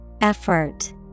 Effort